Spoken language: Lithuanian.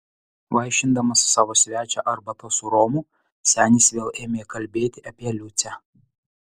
vaišindamas savo svečią arbata su romu senis vėl ėmė kalbėti apie liucę